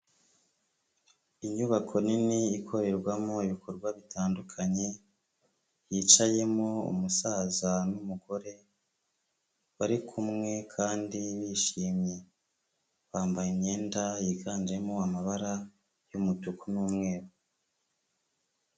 Inyubako nini ikorerwamo ibikorwa bitandukanye, hicayemo umusaza n'umugore bari kumwe kandi bishimye, bambaye imyenda yiganjemo amabara y'umutuku n'umweru.